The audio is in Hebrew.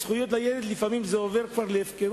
זכויות לילד זה דבר שלפעמים עובר להפקרות.